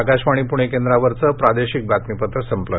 आकाशवाणी पुणे केंद्रावरचं प्रादेशिक बातमीपत्र संपलं